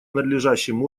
надлежащим